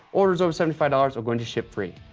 orders over seventy five dollars are going to ship free.